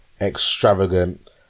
extravagant